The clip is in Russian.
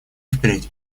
впредь